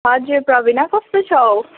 हजुर प्रबिना कस्तो छौ